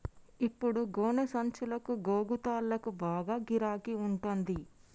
ఇప్పుడు గోనె సంచులకు, గోగు తాళ్లకు బాగా గిరాకి ఉంటంది